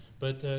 but,